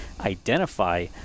identify